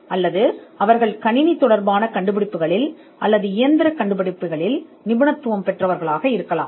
அல்லது அவை கணினி தொடர்பான கண்டுபிடிப்புகளில் அல்லது இயந்திர கண்டுபிடிப்புகளில் நிபுணத்துவம் பெற்றவையாக இருக்கலாம்